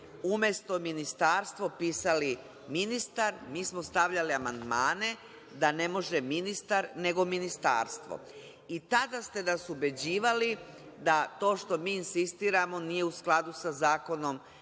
umesto: „ministarstvo“ pisali: „ministar“, mi smo stavljali amandmane da ne može: „ministar“ nego: „ministarstvo“. I tada ste nas ubeđivali da to što mi insistiramo nije u skladu sa Zakonom